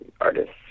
artists